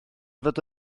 fod